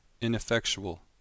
ineffectual